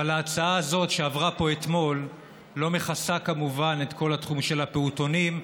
אבל ההצעה הזאת שעברה פה אתמול לא מכסה כמובן את כל התחום של הפעוטונים,